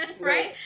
right